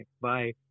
bye